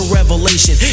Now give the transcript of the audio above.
revelation